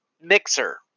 mixer